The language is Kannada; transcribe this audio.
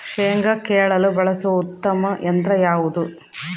ಶೇಂಗಾ ಕೇಳಲು ಬಳಸುವ ಉತ್ತಮ ಯಂತ್ರ ಯಾವುದು?